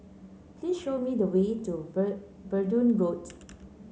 please show me the way to Verdun Road